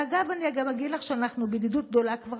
ואני פה מעל הדוכן פניתי לכל מי ששומע אותי